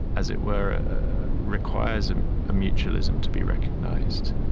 as it were requires and a mutualism to be recognized,